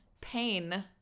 pain